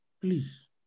Please